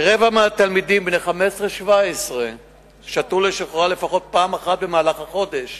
כרבע מהתלמידים בני 15 17 שתו לשוכרה לפחות פעם אחת במהלך החודש